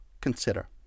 consider